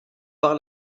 par